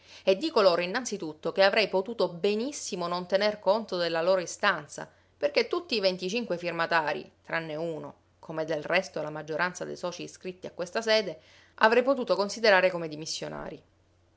e dico loro innanzi tutto che avrei potuto benissimo non tener conto della loro istanza perché tutti i venticinque firmatarii tranne uno come del resto la maggioranza dei socii inscritti a questa sede avrei potuto considerare come dimissionarii